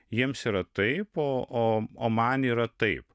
jiems yra taip o man yra taip